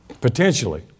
Potentially